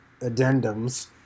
addendums